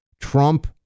Trump